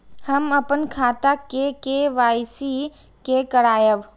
हम अपन खाता के के.वाई.सी के करायब?